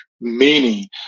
meaning